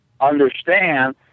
understand